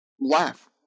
laugh